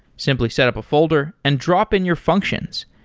simply set up a folder and drop in your functions.